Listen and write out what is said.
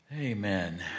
Amen